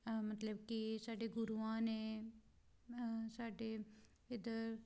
ਮਤਲਬ ਕਿ ਸਾਡੇ ਗੁਰੂਆਂ ਨੇ ਸਾਡੇ ਇੱਧਰ